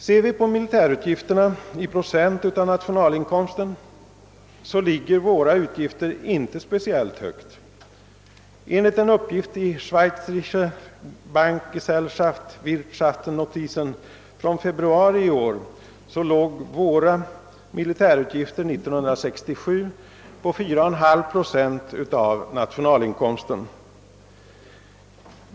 Ser vi på militärutgifterna i procent av nationalinkomsten, finner vi att våra utgifter inte ligger speciellt högt. Enligt en uppgift i Schweizerische Bankgesellschaft, Wirtschaftsnotizen från februari i år var våra militärutgifter år 1967 4,5 procent av nationalinkomsten.